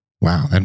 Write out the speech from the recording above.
Wow